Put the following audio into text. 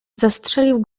zastrzelił